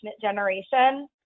generation